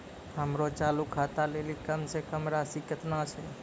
हमरो चालू खाता लेली कम से कम राशि केतना छै?